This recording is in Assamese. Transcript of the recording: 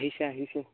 আহিছে আহিছে